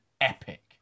epic